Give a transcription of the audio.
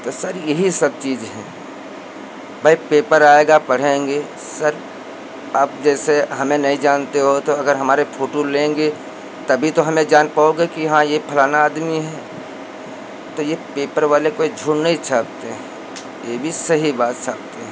तो सर यही सब चीज़ हैं भाई पेपर आएगा पढ़ेंगे सर आप जैसे हमें नहीं जानते हो तो अगर हमारे फोटू लेंगे तभी तो हमें जान पाओगे कि हाँ यह फलाना आदमी है तो यह पेपर वाले कोई झूठ नहीं छापते हैं यह भी सही बात छापते हैं